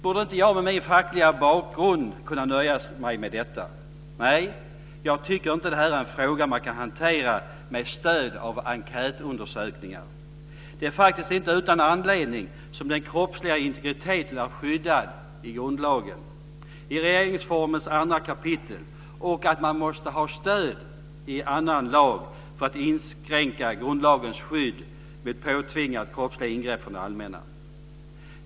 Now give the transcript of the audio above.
Borde inte jag med min fackliga bakgrund kunna nöja mig med det? Nej, jag tycker inte att det här är en fråga man kan hantera med stöd av enkätundersökningar. Det är faktiskt inte utan anledning som den kroppsliga integriteten är skyddad i grundlagen i regeringsformens andra kapitel. Man måste ha stöd i någon annan lag för att inskränka grundlagens skydd mot påtvingade kroppsliga ingrepp från det allmänna.